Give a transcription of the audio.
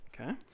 Okay